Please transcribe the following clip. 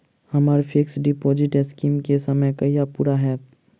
हम्मर fix deposit scheme केँ समय कहिया पूरा हैत?